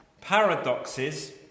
paradoxes